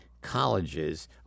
colleges